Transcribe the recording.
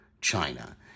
China